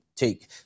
take